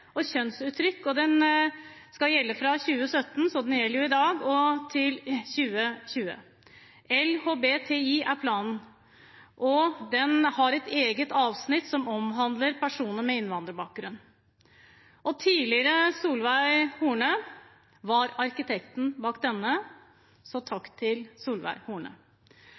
og kjønnsuttrykk, LHBTI-planen, som gjelder fra 2017 til 2020. Den har et eget avsnitt som omhandler personer med innvandrerbakgrunn. Tidligere statsråd Solveig Horne var arkitekten bak denne planen, så takk til